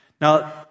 Now